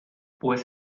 pues